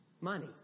money